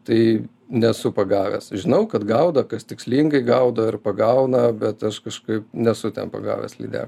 tai nesu pagavęs žinau kad gaudo kas tikslingai gaudo ir pagauna bet aš kažkaip nesu ten pagavęs lyde